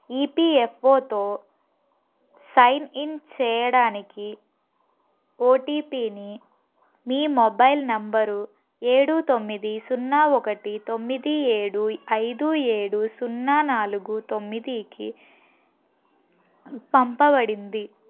ఈపిఎఫ్ఓతో sign in చేయడానికి ఓటీపీని మీ మొబైల్ నంబరు ఏడు తొమ్మిది సున్నా ఒకటి తొమ్మిది ఏడు ఐదు ఏడు సున్నా నాలుగు తొమ్మిదీకి పంపబడింది